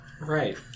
Right